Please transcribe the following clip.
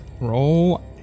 Roll